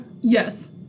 yes